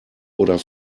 oder